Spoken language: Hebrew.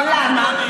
למה?